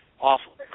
awful